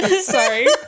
sorry